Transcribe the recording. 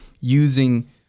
using